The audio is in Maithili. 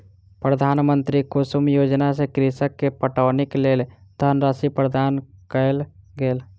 प्रधानमंत्री कुसुम योजना सॅ कृषक के पटौनीक लेल धनराशि प्रदान कयल गेल